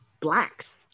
Blacks